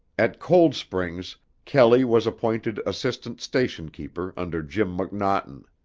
at cold springs, kelley was appointed assistant station-keeper under jim mcnaughton.